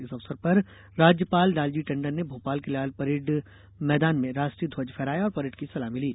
इस अवसर पर राज्यपाल लालजी टंडन ने भोपाल के लाल परेड़ मैदान में राष्ट्रीय ध्वज फहराया और परेड की सलामी ली